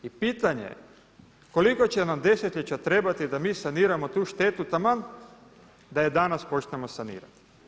I pitanje je koliko će nam desetljeća trebati da mi saniramo tu štetu taman da je danas počnemo sanirati?